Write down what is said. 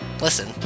Listen